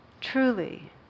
Truly